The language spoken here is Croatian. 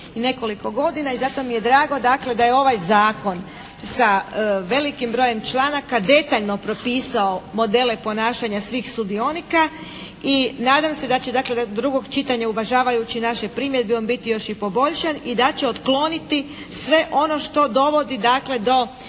nekoliko godina i za to mi je drago dakle da je ovaj zakon sa velikim brojem članaka detaljno propisao modele ponašanja svih sudionika i nadam se da će dakle do drugog čitanja uvažavajući naše primjedbe on biti još i poboljšan i da će otkloniti sve ono što dovodi